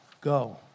go